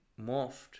morphed